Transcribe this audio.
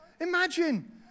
Imagine